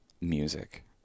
music